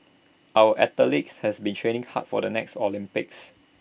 our athletes has been training hard for the next Olympics